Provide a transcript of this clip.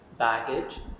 baggage